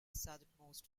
southernmost